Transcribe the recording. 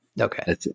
okay